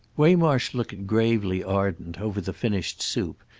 waymarsh looked gravely ardent, over the finished soup,